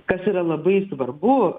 kas yra labai svarbu